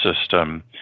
system